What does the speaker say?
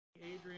Adrian